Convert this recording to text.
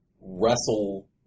wrestle